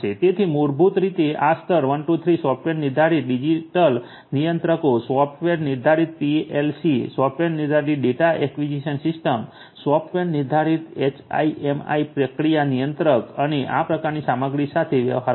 તેથી મૂળભૂત રીતે આ સ્તર 1 2 3 સોફ્ટવેર નિર્ધારિત ડિજિટલ નિયંત્રકો સોફ્ટવૅર નિર્ધારિત પીએલસી સોફ્ટવૅર નિર્ધારિત ડેટા એક્વિઝિશન સિસ્ટમ્સ સોફ્ટવૅર નિર્ધારિત એચએમઆઈ પ્રક્રિયા નિયંત્રણ અને આ પ્રકારની સામગ્રી સાથે વ્યવહાર કરશે